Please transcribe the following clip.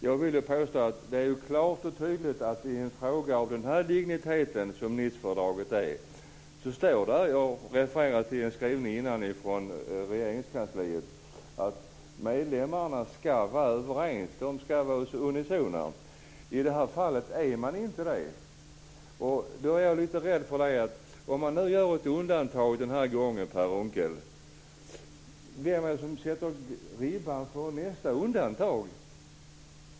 Jag vill påstå att det i en fråga av Nicefördragets dignitet står klart och tydligt - jag refererade tidigare till en skrivning från Regeringskansliet - att medlemmarna ska vara överens. De ska vara unisona. I det här fallet är de inte det. Då är jag lite rädd: Om man nu gör ett undantag den här gången, Per Unckel, vem sätter ribban för nästa undantag?